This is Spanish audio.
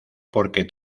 porque